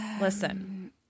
listen